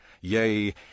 Yea